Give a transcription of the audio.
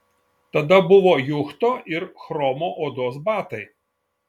tada buvo juchto ir chromo odos batai